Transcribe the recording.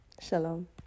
Shalom